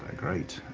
great.